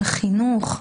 של חינוך.